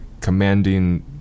commanding